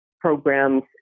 programs